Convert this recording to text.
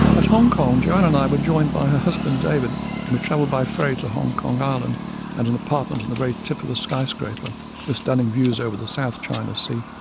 at hong kong joanne and i were joined by her husband david and we travelled by ferry to hong kong island and an apartment on the very tip of a skyscraper with stunning views over the south china sea.